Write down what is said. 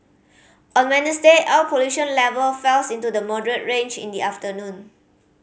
on Wednesday air pollution level fell into the moderate range in the afternoon